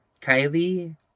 Kylie